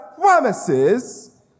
promises